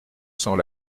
sans